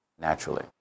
naturally